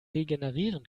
regenerieren